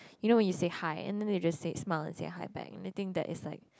you know when you say hi and then they will just say smile and say hi back anything that is like